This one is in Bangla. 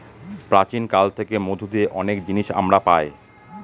প্রাচীন কাল থেকে মধু দিয়ে অনেক জিনিস আমরা পায়